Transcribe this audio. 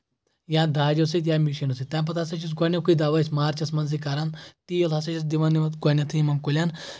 یا داجیٚو سۭتۍ یا مِشیٖنو سۭتۍ تَمہِ پَتہٕ ہسا چھُس گۄڈٕنکُے دَوہ أسۍ مارچَس منٛزٕے کران تیٖل ہسا چھِس دِوان یِمَن گۄڈٕنؠتھٕے یِمن کُلؠن